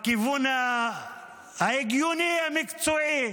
בכיוון ההגיוני, המקצועי,